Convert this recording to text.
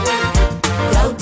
go